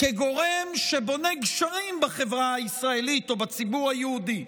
כגורם שבונה גשרים בחברה הישראלית או בציבור היהודי,